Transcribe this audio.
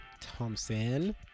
Thompson